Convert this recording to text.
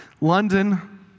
London